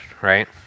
right